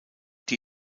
die